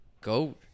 go